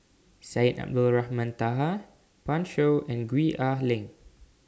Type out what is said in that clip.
Syed Abdulrahman Taha Pan Shou and Gwee Ah Leng